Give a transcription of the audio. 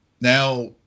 now